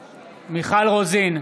רוזין,